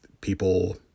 people